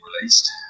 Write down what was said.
released